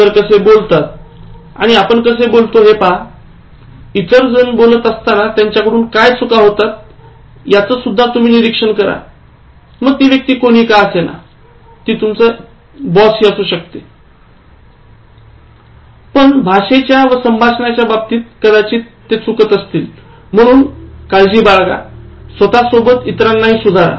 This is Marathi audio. इतर कसे बोलतात आणि आपण कसे बोलता हे पहा आणि इतर बोलत असताना त्यांच्याकडून काय चुका होतात याच सुद्धा तुम्ही निरीक्षण करा मग तो व्यक्ती कोणीही असू ती व्यक्ती कोणीही असू शकते ज्याचा तुम्ही आदर करता पण भाषेच्या व संभाषणाच्या बाबतीत कदाचित ते चुकत असतील म्हणून काळजी बाळगा स्वतःसोबत इतरांना हि सुधारा